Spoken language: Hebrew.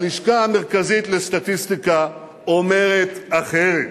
הלשכה המרכזית לסטטיסטיקה אומרת אחרת.